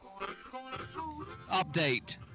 Update